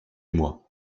moi